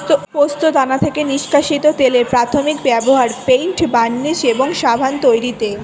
পোস্তদানা থেকে নিষ্কাশিত তেলের প্রাথমিক ব্যবহার পেইন্ট, বার্নিশ এবং সাবান তৈরিতে